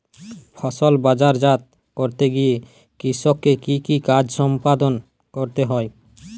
ফসল বাজারজাত করতে গিয়ে কৃষককে কি কি কাজ সম্পাদন করতে হয়?